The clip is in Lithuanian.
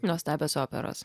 nuostabios operos